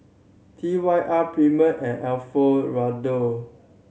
T Y R Premier and Alfio Raldo